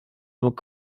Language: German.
nur